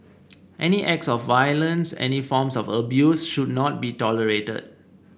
any acts of violence any forms of abuse should not be tolerated